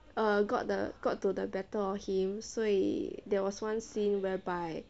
err got the got to the better or him 所以 there was one scene whereby